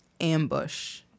ambush